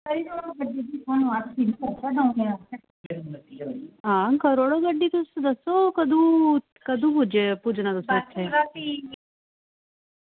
आं करी ओड़ो गड्डी तुस दस्सो कि कदूं पुज्जना तुसें उत्थें